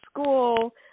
school